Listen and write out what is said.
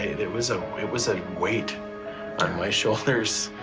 it was ah it was a weight on my shoulders